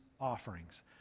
offerings